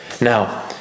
Now